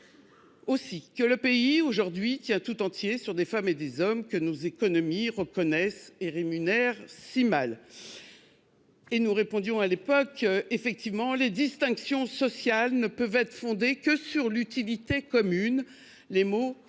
aussi que le pays, aujourd'hui, tient tout entier sur des femmes et des hommes que nos économies reconnaissent et rémunèrent si mal. » Et nous répondions à l'époque qu'effectivement « les distinctions sociales ne [pouvaient] être fondées que sur l'utilité commune ». Ces mots,